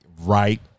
Right